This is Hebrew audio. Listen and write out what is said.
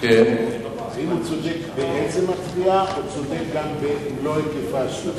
האם הוא צודק בעצם התביעה או צודק גם במלוא היקפה של התביעה?